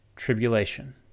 tribulation